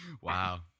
Wow